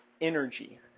Energy